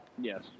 Yes